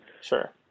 sure